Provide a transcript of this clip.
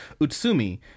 Utsumi